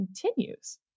continues